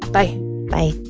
bye bye